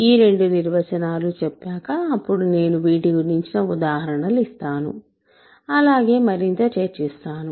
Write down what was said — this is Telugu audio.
ఈ రెండు నిర్వచనాలు చెప్పాక అప్పుడు నేను వీటి గురించిన ఉదాహరణలు ఇస్తాను అలాగే మరింత చర్చిస్తాను